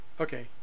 Okay